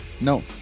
No